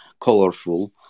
colorful